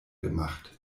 gemacht